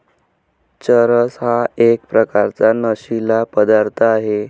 चरस हा एक प्रकारचा नशीला पदार्थ आहे